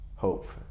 hope